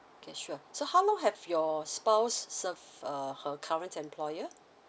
okay sure so how long have your spouse served uh her current employer